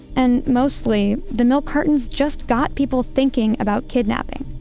and mostly, the milk cartons just got people thinking about kidnapping,